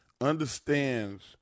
Understands